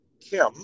Kim